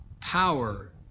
power